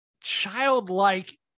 childlike